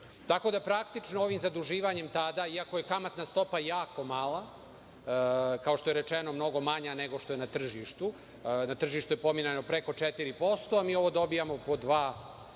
tako da praktično ovim zaduživanjem tada, iako je kamatna stopa jako mala, kao što je rečeno, mnogo manja nego što je na tržištu, na tržištu je pominjano preko 4%, a mi ovo dobijamo po